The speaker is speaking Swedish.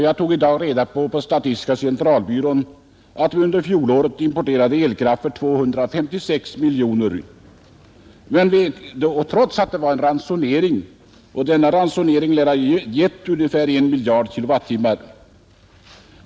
Jag fick i dag veta på statistiska centralbyrån att vi under fjolåret importerade elkraft för 256 miljoner kronor, trots att vi hade en ransonering som sparade ungefär 1 miljard kWh.